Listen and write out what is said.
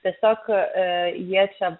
tiesiog jie čia